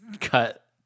cut